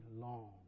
long